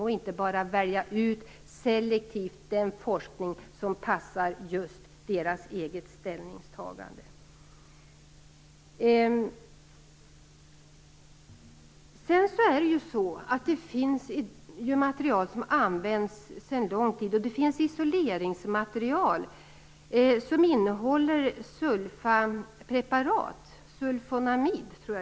Man kan inte bara selektivt välja ut den forskning som passar just ens eget ställningstagande. Det finns isoleringsmaterial som använts sedan lång tid och som innehåller sulfapreparat - sulfonamid.